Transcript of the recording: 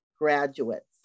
graduates